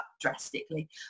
drastically